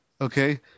okay